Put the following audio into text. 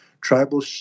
tribal